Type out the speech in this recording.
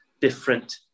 different